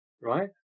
Right